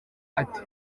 ati